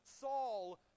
Saul